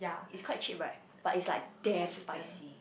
it's quite cheap what but it's like damn spicy